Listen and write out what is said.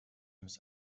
miss